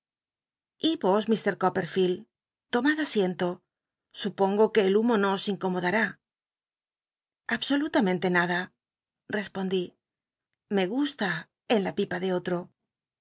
y vos fr copperlleld l supongo que el humo no os incomodnaá absolutamente nada respondí m gusta en la pipa de otro